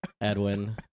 Edwin